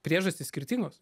priežastys skirtingos